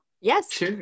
Yes